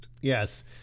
Yes